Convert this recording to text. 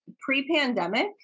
pre-pandemic